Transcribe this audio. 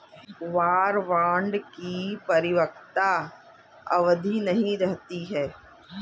war bond की परिपक्वता अवधि नहीं रहती है